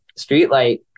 streetlight